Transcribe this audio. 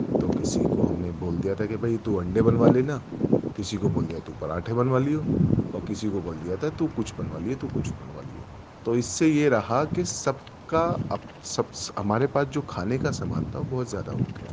تو کسی کو ہم نے بول دیا تھا کہ بھائی تو انڈے بنوا لینا کسی کو بول دیا تو پراٹھے بنوا لیو اور کسی کو بول دیا تھا تو کچھ بنوا لیو تو کچھ بنوا لیو تو اِس سے یہ رہا کہ سب کا اب سب سے ہمارے پاس جو کھانے کا سامان تھا بہت زیادہ ہوگیا تھا